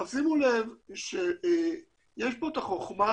עכשיו שימו לב שיש פה את החוכמה